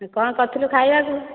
କ'ଣ କରିଥିଲୁ ଖାଇବାକୁ